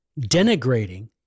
denigrating